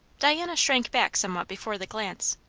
diana shrank back somewhat before the glance,